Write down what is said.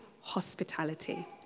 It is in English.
hospitality